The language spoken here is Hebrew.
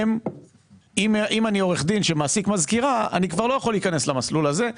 אם אני עורך דין שמעסיק מזכירה אני כבר לא יכול להיכנס למסלול הזה,